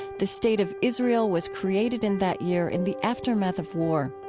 the state of israel was created in that year in the aftermath of war.